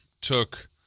took